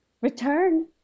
return